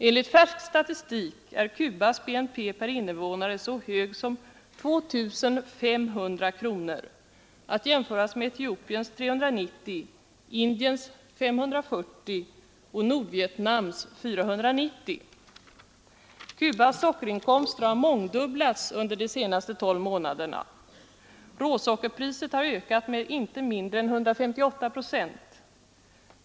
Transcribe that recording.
Enligt färsk statistik är Cubas BNP per invånare så hög som 2 500 kronor — att jämföras med Etiopiens 390 kronor, Indiens 540 kronor och Nordvietnams 490 kronor. Cubas sockerinkomster har mångdubblats under de senaste tolv månaderna. Råsockerpriset har ökat med inte mindre än 158 procent.